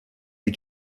des